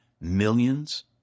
millions